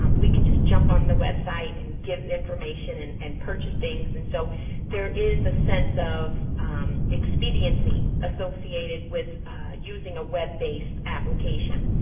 um we can just jump on the web site and give the information and and purchase things. and so there is a sense of expediency associated with using a web-based application.